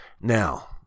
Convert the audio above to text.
Now